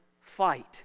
fight